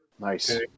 Nice